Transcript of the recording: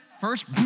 first